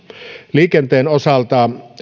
liikenteen osalta